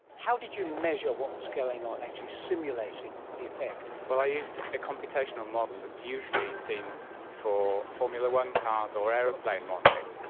how did you measure what was going on, actually simulating the effect? well, i used a computational model that is usually seen for formula one cars or aeroplane modelling,